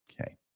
Okay